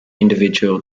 individual